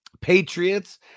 Patriots